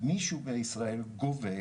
מישהו בישראל גובה,